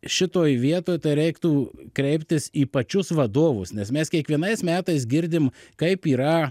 šitoj vietoj tai reiktų kreiptis į pačius vadovus nes mes kiekvienais metais girdim kaip yra